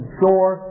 shore